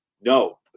no